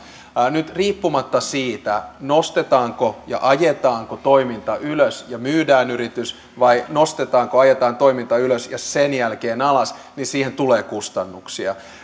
nyt riippumatta siitä nostetaanko ja ajetaanko toiminta ylös ja myydään yritys vai nostetaanko ja ajetaan toiminta ylös ja sen jälkeen alas siihen tulee kustannuksia